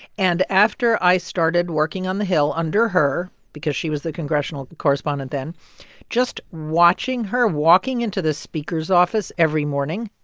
and after i started working on the hill under her, because she was the congressional correspondent then just watching her walking into the speaker's office every morning,